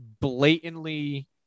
blatantly